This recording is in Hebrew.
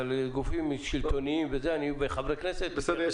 אבל גופים שלטוניים וחברי כנסת --- אני